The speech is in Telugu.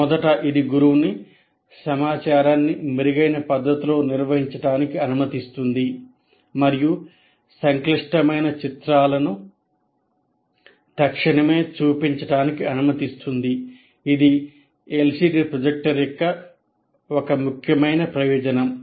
మొదట ఇది గురువును సమాచారాన్ని మెరుగైన పద్ధతిలో నిర్వహించడానికి అనుమతిస్తుంది మరియు సంక్లిష్టమైన చిత్రాలను తక్షణమే చూపించడానికి అనుమతిస్తుంది ఇది LCD ప్రొజెక్టర్ యొక్క ఒక ముఖ్యమైన ప్రయోజనం